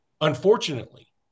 Unfortunately